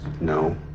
No